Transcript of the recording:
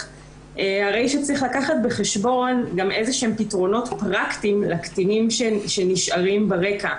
הרי צריך לקחת בחשבון גם איזשהם פתרונות פרקטיים לקטינים שנשארים ברקע.